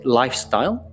lifestyle